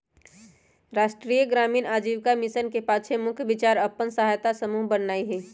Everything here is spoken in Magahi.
राष्ट्रीय ग्रामीण आजीविका मिशन के पाछे मुख्य विचार अप्पन सहायता समूह बनेनाइ हइ